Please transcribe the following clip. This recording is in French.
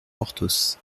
porthos